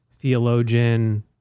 theologian